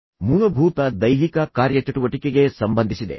ಇದು ನಿಮ್ಮ ಮೂಲಭೂತ ದೈಹಿಕ ಕಾರ್ಯಚಟುವಟಿಕೆಗೆ ಸಂಬಂಧಿಸಿದೆ